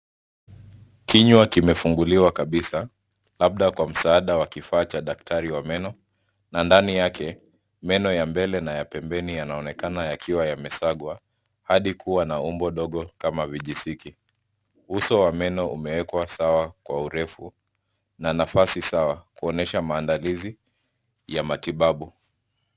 Kinywa kimefunguliwa kabisa labda kwa msaada wa kifaa cha daktari wa meno na ndani yake meno ya mbele na ya pembeni yanaonekana yakiwa yamesagwa hadi kuwa na umbo dogo kama vijisiki. Uso wa meno umewekwa sawa kwa urefu na nafasi sawa kuonyesha maandalizi ya matibabu.